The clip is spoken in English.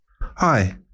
Hi